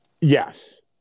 Yes